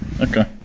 okay